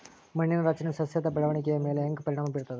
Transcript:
ಮಣ್ಣಿನ ರಚನೆಯು ಸಸ್ಯದ ಬೆಳವಣಿಗೆಯ ಮೇಲೆ ಹೆಂಗ ಪರಿಣಾಮ ಬೇರ್ತದ?